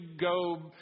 go